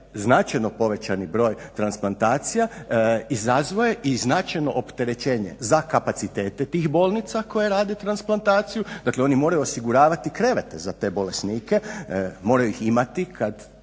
značajno povećani broj transplantacija izazvao je i značajno opterećenje za kapacitete tih bolnica koje rade transplantaciju, dakle oni moraju osiguravati krevete za te bolesnike, moraju ih imati kada